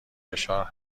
فشار